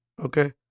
Okay